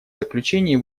заключение